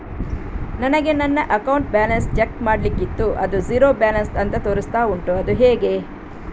ನನಗೆ ನನ್ನ account balance check ಮಾಡ್ಲಿಕ್ಕಿತ್ತು ಅದು ಝೀರೋ ಬ್ಯಾಲೆನ್ಸ್ ಅಂತ ತೋರಿಸ್ತಾ ಉಂಟು ಅದು ಹೇಗೆ?